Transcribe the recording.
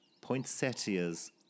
Poinsettias